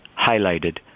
highlighted